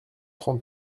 trente